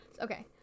okay